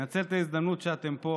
אני אנצל את ההזדמנות שאתם פה